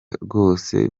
rwose